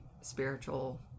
spiritual